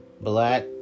black